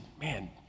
man